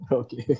okay